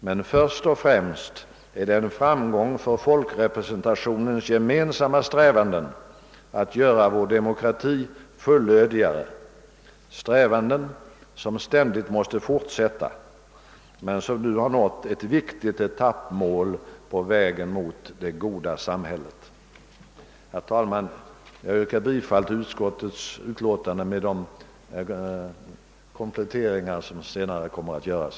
Men först och främst är det en framgång för folkrepresentationens gemensamma strävanden att göra vår demokrati fullödigare, strävanden som ständigt måste fortsätta men som nu har nått ett viktigt etappmål på vägen mot det goda samhället. Herr talman! Jag yrkar bifall till utskottets förslag med de kompletteringar som senare kommer att göras.